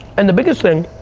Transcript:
and the biggest thing,